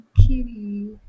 kitty